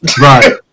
Right